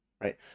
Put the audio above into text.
right